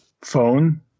phone